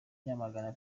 yamagana